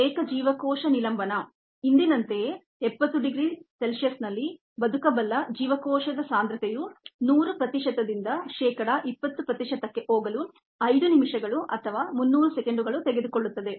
single cell suspension ಹಿಂದಿನಂತೆಯೇ 70 degree C ನಲ್ಲಿ viable cell concentration 100 ಪ್ರತಿಶತದಿಂದ ಶೇಕಡಾ 20 ಪ್ರತಿಶತಕ್ಕೆ ಹೋಗಲು 5 ನಿಮಿಷಗಳು ಅಥವಾ 300 ಸೆಕೆಂಡುಗಳು ತೆಗೆದುಕೊಳ್ಳುತ್ತದೆ